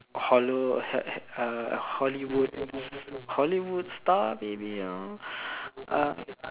hollo~ err hollywood s~ hollywood star maybe uh